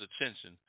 attention